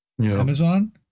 Amazon